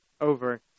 over